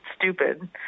stupid